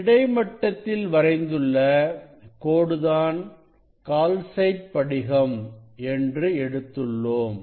கிடைமட்டத்தில் வரைந்துள்ள கோடுதான் கால்சைட் படிகம் என்று எடுத்துள்ளோம்